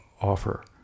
offer